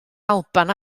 alban